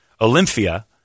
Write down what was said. Olympia